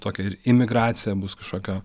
tokią ir imigraciją bus kažkokio